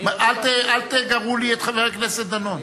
אל תגרו לי את חבר הכנסת דנון.